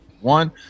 one